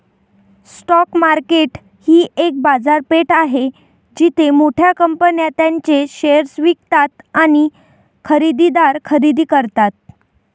stock market ही एक बाजारपेठ आहे जिथे मोठ्या कंपन्या त्यांचे शेअर्स विकतात आणि खरेदीदार खरेदी करतात